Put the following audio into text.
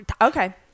Okay